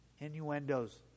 innuendos